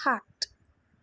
সাত